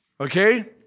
okay